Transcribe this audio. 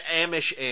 Amish